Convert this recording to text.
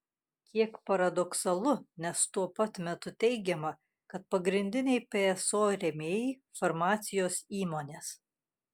kiek paradoksalu nes tuo pat metu teigiama kad pagrindiniai pso rėmėjai farmacijos įmonės